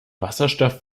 wasserstoff